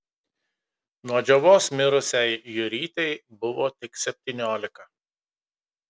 nuo džiovos mirusiai jurytei buvo tik septyniolika